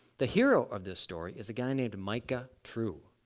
the hero of this story is a guy named micah true.